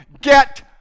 get